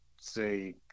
say